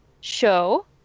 show